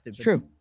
true